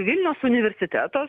vilniaus universiteto